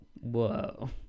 Whoa